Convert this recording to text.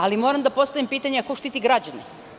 Ali, moram da postavim pitanje - a ko štiti građane?